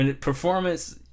performance